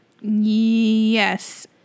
Yes